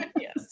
Yes